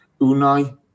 Unai